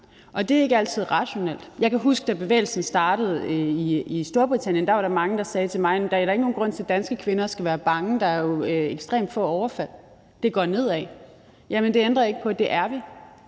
og det er ikke altid rationelt. Jeg kan huske, da bevægelsen startede i Storbritannien, at der var der mange, der sagde til mig: Der er da ikke nogen grund til, at danske kvinder skal være bange – der er jo ekstremt få overfald, det går nedad. Jamen det ændrer ikke på, at det er vi.